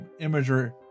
imager